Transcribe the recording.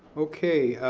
okay,